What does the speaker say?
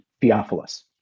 Theophilus